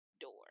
door